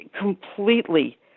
completely